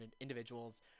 individuals